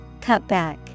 Cutback